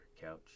couch